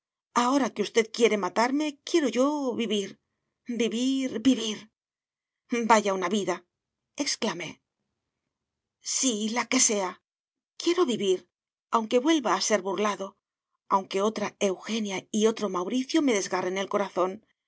ahora que usted quiere matarme quiero yo vivir vivir vivir vaya una vida exclamé sí la que sea quiero vivir aunque vuelva a ser burlado aunque otra eugenia y otro mauricio me desgarren el corazón